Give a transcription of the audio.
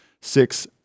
six